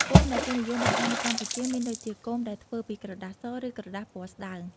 គោមដែលគេនិយមបង្ហោះនៅកម្ពុជាមានដូចជា គោមដែលធ្វើពីក្រដាសស ឬក្រដាសពណ៌ស្តើង។